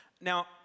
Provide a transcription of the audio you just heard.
Now